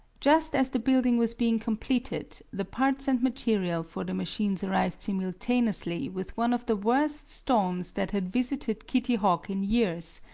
just as the building was being completed, the parts and material for the machines arrived simultaneously with one of the worst storms that had visited kitty hawk in years.